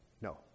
No